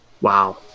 Wow